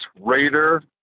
Raider